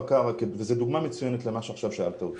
וזו דוגמה מצוינת למה שעכשיו שאלת אותי.